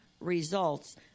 results